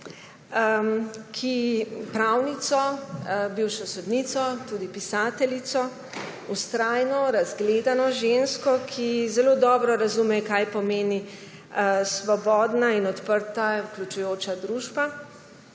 pravnico, bivšo sodnico, tudi pisateljico, vztrajno, razgledano žensko, ki zelo dobro razume, kaj pomeni svobodna in odprta vključujoča družba,